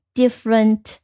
different